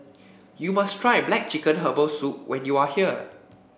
you must try black chicken Herbal Soup when you are here